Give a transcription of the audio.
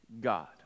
God